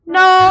no